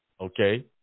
Okay